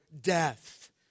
death